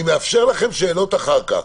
אני מאפשר לכם שאלות אחר כך.